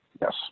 yes